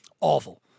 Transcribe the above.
awful